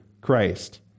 Christ